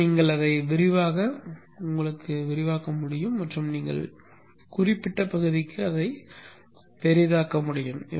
மற்றும் நீங்கள் அதை விரிவாக விரிவாக்க முடியும் மற்றும் நீங்கள் குறிப்பிட்ட பகுதிக்கு அதை பெரிதாக்க முடியும்